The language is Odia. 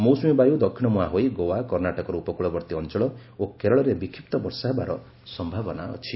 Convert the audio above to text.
ମୌସୁମୀବାୟୁ ଦକ୍ଷିଣମୁହାଁ ହୋଇ ଗୋଆ କର୍ଣ୍ଣାଟକର ଉପକୂଳବର୍ତ୍ତୀ ଅଞ୍ଚଳ ଓ କେରଳରେ ବିକ୍ଷିପ୍ତ ବର୍ଷା ହେବାର ସମ୍ଭାବନା ଅଛି